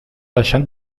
deixant